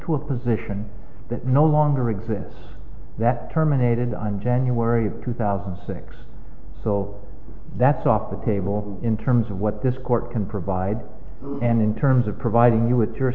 to a position that no longer exists that terminated on january two thousand and six so that's off the table in terms of what this court can provide and in terms of providing you with